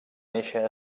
néixer